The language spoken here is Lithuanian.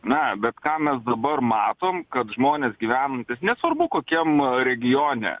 na bet ką mes dabar matom kad žmonės gyvenantys nesvarbu kokiam regione